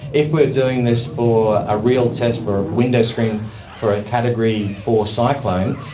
if we're doing this for a real test for a window screen for a category four cyclone,